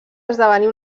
esdevenir